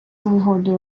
згодою